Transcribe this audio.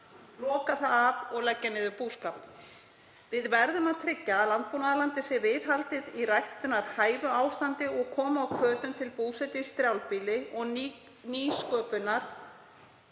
loka það af og leggja niður búskap. Við verðum að tryggja að landbúnaðarlandi sé viðhaldið í ræktunarhæfu ástandi og koma á hvötum til búsetu í strjálbýli og nýsköpunar